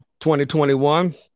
2021